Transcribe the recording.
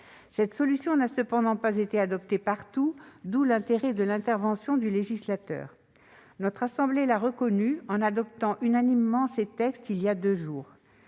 Cette solution n'a cependant pas été adoptée partout, d'où l'intérêt de l'intervention du législateur. Notre assemblée l'a reconnu, en adoptant unanimement ces textes il y a deux jours.